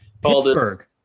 Pittsburgh